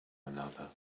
another